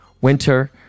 Winter